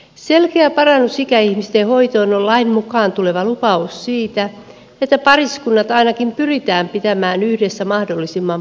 selkeä parannus ikäihmisten hoitoon on lain mukaan tuleva lupaus siitä että pariskunnat ainakin pyritään pitämään yhdessä mahdollisimman pitkään